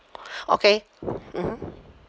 okay mmhmm